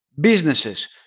Businesses